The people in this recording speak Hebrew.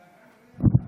ג'ידא,